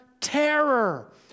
terror